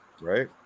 Right